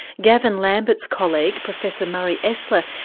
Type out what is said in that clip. gavin lambert's colleague, professor murray esler,